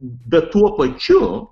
bet tuo pačiu